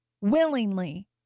willingly